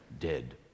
dead